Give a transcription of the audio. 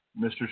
Mr